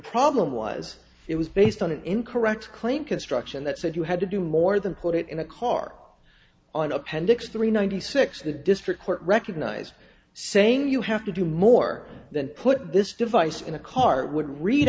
problem was it was based on an incorrect claim construction that said you had to do more than put it in a car on appendix three ninety six the district court recognized saying you have to do more than put this device in a cart would read